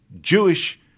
Jewish